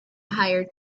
hire